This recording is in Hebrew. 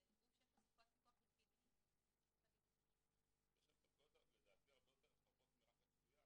זה גוף שיש לו סמכויות פיקוח לפי דין